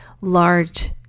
large